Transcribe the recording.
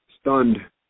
Stunned